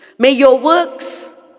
may your works,